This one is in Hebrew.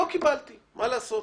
לא קיבלתי, מה לעשות?